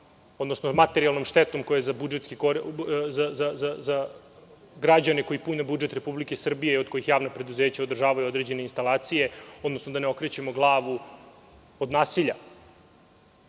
odnosno materijalnom štetom koja je za građane koji pune budžet Republike Srbije, od kojih javna preduzeća održavaju određene instalacije, odnosno da ne okrećemo glavu od nasilja. To